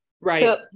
Right